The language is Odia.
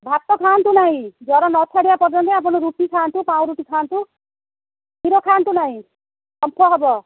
ଭାତ ଖାଆନ୍ତୁ ନାହିଁ ଜ୍ୱର ନ ଛାଡ଼ିବା ପର୍ଯ୍ୟନ୍ତ ଆପଣ ରୁଟି ଖାଆନ୍ତୁ ପାଉଁରୁଟି ଖାଆନ୍ତୁ କ୍ଷୀର ଖାଆନ୍ତୁ ନାହିଁ କମ୍ଫ ହେବ